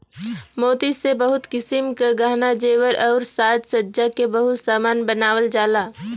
मोती से बहुत किसिम क गहना जेवर आउर साज सज्जा के बहुत सामान बनावल जाला